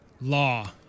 law